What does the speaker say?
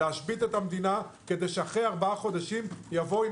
להשבית את המדינה כדי שאחרי ארבעה חודשים יבואו עם